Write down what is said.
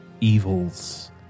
Evil's